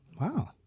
wow